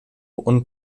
und